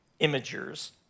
imagers